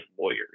lawyers